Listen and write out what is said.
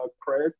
Craig